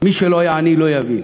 מי שלא היה עני לא יבין